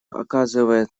оказывает